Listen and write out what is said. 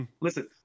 Listen